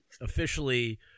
officially